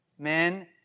Men